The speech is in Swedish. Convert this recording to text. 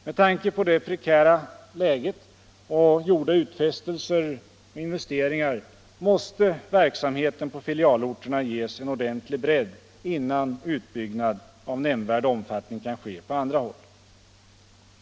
Med tanke på det prekära läget och gjorda utfästelser och investeringar måste verksamheten på filialorterna ges en ordentlig bredd, innan utbyggnad av nämnvärd omfattning kan ske på andra håll.